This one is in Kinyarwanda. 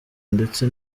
ndetse